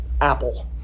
Apple